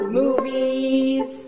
movies